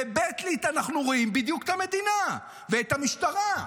בבית ליד אנחנו רואים בדיוק את המדינה ואת המשטרה.